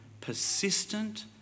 persistent